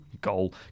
Goal